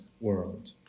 world